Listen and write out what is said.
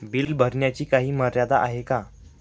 Bill भरण्याची काही मर्यादा आहे का?